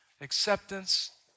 acceptance